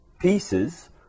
pieces